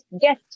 get